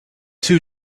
two